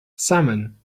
salmon